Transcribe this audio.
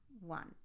one